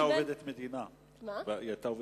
היא היתה עובדת מדינה באותו זמן.